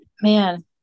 Man